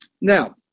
Now